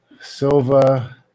Silva